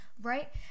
right